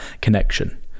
connection